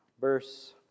Verse